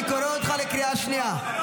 אני קורא אותך בקריאה שנייה.